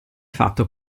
fatto